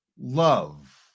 love